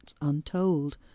untold